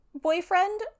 boyfriend